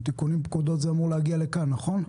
תיקוני פקודות אמורות להגיע לכאן, נכון?